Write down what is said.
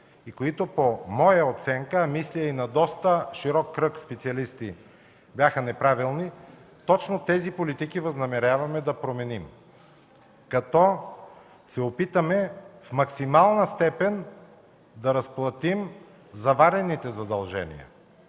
и които, по моя оценка, а мисля и на доста широк кръг специалисти бяха неправилни, точно тези политики възнамеряваме да променим, като се опитаме в максимална степен да разплатим забавените задължения.